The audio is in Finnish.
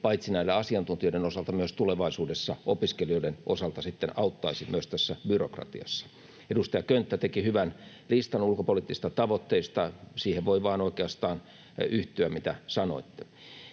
paitsi asiantuntijoiden osalta myös tulevaisuudessa opiskelijoiden osalta sitten auttaisi myös tässä byrokratiassa. Edustaja Könttä teki hyvän listan ulkopoliittisista tavoitteista. Siihen voi vain oikeastaan yhtyä, mitä sanoitte.